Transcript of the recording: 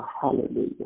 Hallelujah